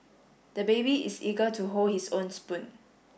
the baby is eager to hold his own spoon